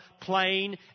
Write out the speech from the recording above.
plain